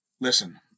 Listen